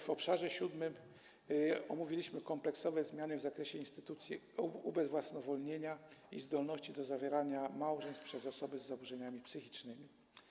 W obszarze siódmym omówiliśmy kompleksowe zmiany w zakresie instytucji ubezwłasnowolnienia i zdolności do zawierania małżeństw przez osoby z zaburzeniami psychicznymi.